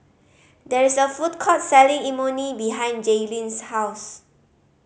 there is a food court selling Imoni behind Jailyn's house